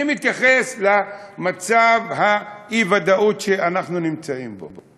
אני מתייחס למצב האי-ודאות שאנחנו נמצאים בו.